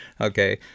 Okay